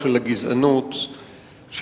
של הגזענות,